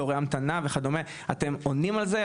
תורי המתנה וכו' אתם עונים על זה?